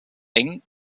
eng